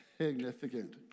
significant